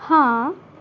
ਹਾਂ